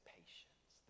patience